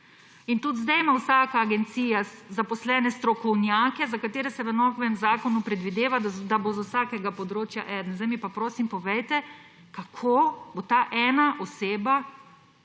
Tudi sedaj ima vsaka agencija zaposlene strokovnjake, za katere se v novem zakonu predvideva, da bo z vsakega področja eden. Sedaj mi pa prosim povejte, kako bo ta ena oseba